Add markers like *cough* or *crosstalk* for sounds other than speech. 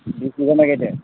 *unintelligible* नागिरदों